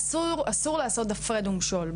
אסור לעשות הפרד ומשול.